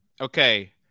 Okay